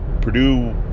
Purdue